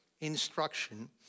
Instruction